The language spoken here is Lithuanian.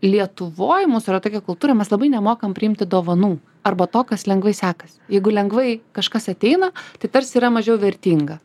lietuvoj mūsų yra tokia kultūra mes labai nemokam priimti dovanų arba to kas lengvai sekasi jeigu lengvai kažkas ateina tai tarsi yra mažiau vertinga